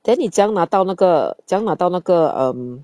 then 你怎样拿到那个怎样拿到那个 um